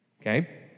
Okay